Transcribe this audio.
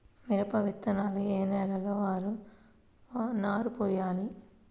మిరప విత్తనాలు ఏ నెలలో నారు పోయాలి?